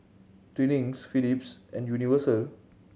Twinings Philips and Universal